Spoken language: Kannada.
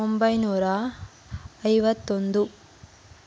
ಒಂಬೈನೂರ ಐವತ್ತೊಂದು